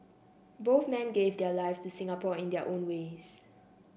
both men gave their lives to Singapore in their own ways